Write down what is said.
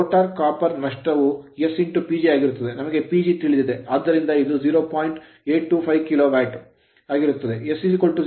rotor copper rotor ತಾಮ್ರದ ನಷ್ಟವು sPG ಆಗಿರುತ್ತದೆ ನಮಗೆ PG ತಿಳಿದಿದೆ ಆದ್ದರಿಂದ ಇದು 0